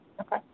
Okay